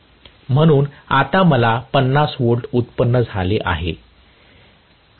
म्हणून आता मला 50 V उत्पन्न झाले आहे